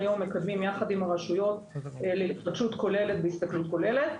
היום מקדמים יחד עם הרשויות להתחדשות כוללת והסתכלות כוללת.